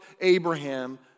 Abraham